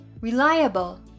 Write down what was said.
Reliable